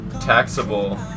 taxable